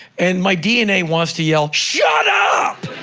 and my dna wants to yell, shut up!